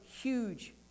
huge